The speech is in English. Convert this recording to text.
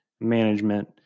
management